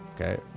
Okay